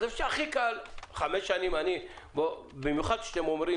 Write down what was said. הכי קל לקבוע חמש שנים, במיוחד כשאתם אומרים